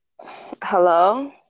Hello